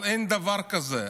אבל אין דבר כזה,